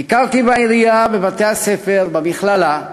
ביקרתי בעירייה, בבתי-הספר, במכללה.